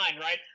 right